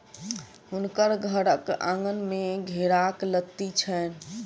हुनकर घरक आँगन में घेराक लत्ती छैन